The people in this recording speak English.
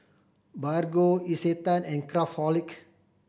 Bargo Isetan and Craftholic